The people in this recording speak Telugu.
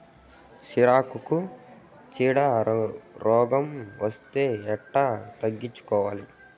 సిరాకుకు చీడ రోగం వస్తే ఎట్లా తగ్గించుకోవాలి?